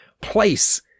place